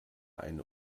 eine